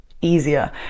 easier